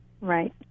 Right